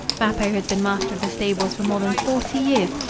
bappo has been master of the stables for more than forty years.